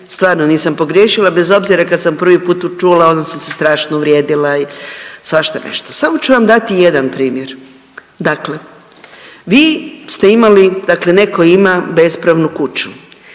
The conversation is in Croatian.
stvarno nisam pogriješila bez obzira kad sam prvi put tu čula onda sam se strašno uvrijedila i svašta nešto. Samo ću vam dati jedan primjer, dakle vi ste imali, dakle neko ima bespravnu kuću,